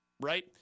right